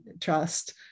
trust